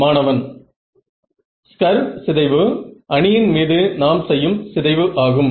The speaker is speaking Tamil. மாணவன் ஸ்கர் சிதைவு அணியின் மீது நாம் செய்யும் சிதைவு ஆகும்